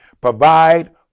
Provide